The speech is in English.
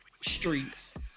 streets